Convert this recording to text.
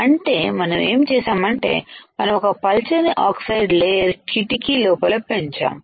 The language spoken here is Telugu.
అంటే మనం ఏం చేశామంటే మనం ఒక పలుచని ఆక్సైడ్ లేయర్కిటికీ లోపల పెంచాము